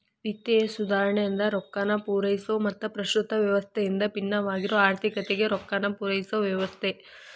ವಿತ್ತೇಯ ಸುಧಾರಣೆ ಅಂದ್ರ ರೊಕ್ಕಾನ ಪೂರೈಸೊ ಮತ್ತ ಪ್ರಸ್ತುತ ವ್ಯವಸ್ಥೆಯಿಂದ ಭಿನ್ನವಾಗಿರೊ ಆರ್ಥಿಕತೆಗೆ ರೊಕ್ಕಾನ ಪೂರೈಸೊ ವ್ಯವಸ್ಥೆ